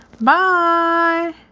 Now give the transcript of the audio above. Bye